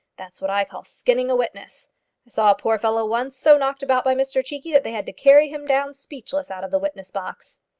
that's what i call skinning a witness. i saw a poor fellow once so knocked about by mr cheekey that they had to carry him down speechless out of the witness-box.